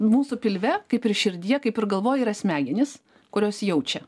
mūsų pilve kaip ir širdyje kaip ir galvoj yra smegenys kurios jaučia